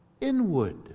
inward